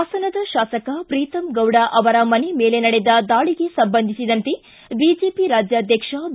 ಹಾಸನದ ಶಾಸಕ ಪ್ರೀತಮ್ ಗೌಡ ಅವರ ಮೇಲೆ ನಡೆದ ದಾಳಿಗೆ ಸಂಬಂಧಿಸಿದಂತೆ ಬಿಜೆಪಿ ರಾಜ್ಯಾಧ್ಯಕ್ಷ ಬಿ